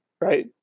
right